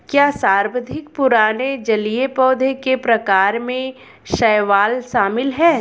क्या सर्वाधिक पुराने जलीय पौधों के प्रकार में शैवाल शामिल है?